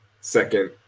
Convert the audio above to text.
second